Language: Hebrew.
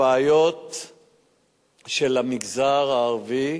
הבעיות של המגזר הערבי,